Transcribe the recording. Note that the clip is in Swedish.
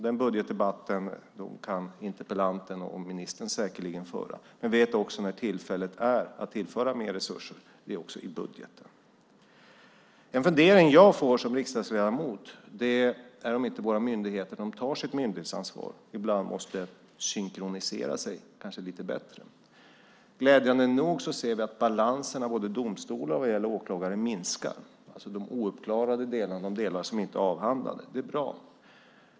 Den budgetdebatten kan säkerligen interpellanten och ministern föra. Vi vet också när det är tillfälle att tillföra mer resurser, nämligen i budgeten. En fundering jag som riksdagsledamot får är om inte våra myndigheter ibland måste synkronisera sig lite bättre när de tar sitt myndighetsansvar. Glädjande nog ser vi att balanserna hos domstolar och åklagare minskar. De ouppklarade och obehandlade ärendena minskar.